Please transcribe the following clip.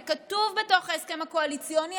זה כתוב בתוך ההסכם הקואליציוני,